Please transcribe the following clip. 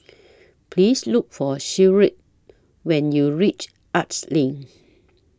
Please Look For Sherwood when YOU REACH Arts LINK